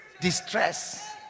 distress